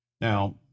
Now